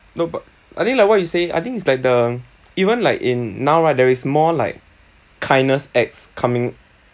no but I think like what you say I think it's like the even like in now right there is more like kindness acts coming